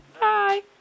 Bye